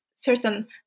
Certain